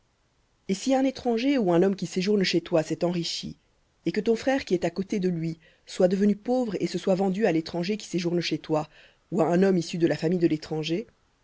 et si un étranger ou un homme qui séjourne chez toi s'est enrichi et que ton frère qui est à côté de lui soit devenu pauvre et se soit vendu à l'étranger qui séjourne chez toi ou à un homme issu de la famille de l'étranger